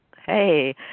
Hey